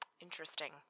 Interesting